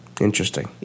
Interesting